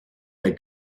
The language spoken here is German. der